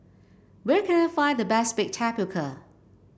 where can I find the best bake tapioca